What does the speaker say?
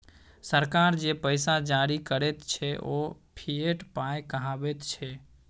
सरकार जे पैसा जारी करैत छै ओ फिएट पाय कहाबैत छै